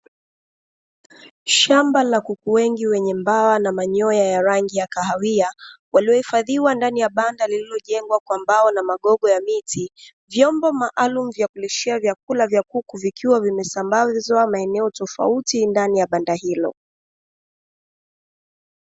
Shamba la kuku wengi wenye mbawa na manyoya ya rangi ya kahawia, waliohifadhiwa ndani ya banda lililojengwa kwa mbao na magogo ya miti, vyombo maalumu vya kulishia vyakula vya kuku vikiwa vimesambazwa maeneo tofauti ndani ya banda hilo.